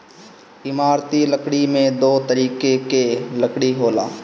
इमारती लकड़ी में दो तरीके कअ लकड़ी होला